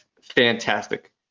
fantastic